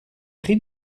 pris